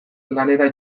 lanera